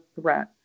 threat